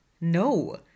No